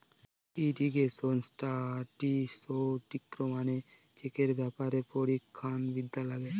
irrigation statistics মানে সেচের ব্যাপারে পরিসংখ্যান বিদ্যা লাগে